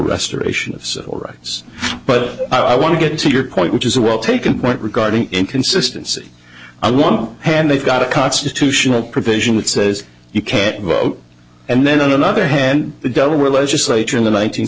restoration of civil rights but i want to get to your point which is well taken point regarding inconsistency i want hand they've got a constitutional provision that says you can't vote and then on another hand the delaware legislature in the